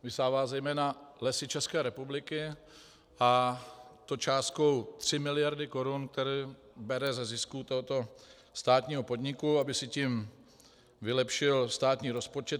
Vysává zejména Lesy České republiky, a to částkou 3 mld. korun, které bere ze zisku tohoto státního podniku, aby si tím vylepšil státní rozpočet.